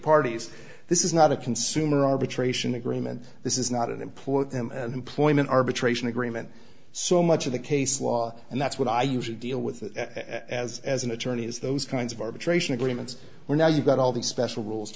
parties this is not a consumer arbitration agreement this is not an employ them and employment arbitration agreement so much of the case law and that's what i usually deal with as as an attorney is those kinds of arbitration agreements we're now you've got all these special rules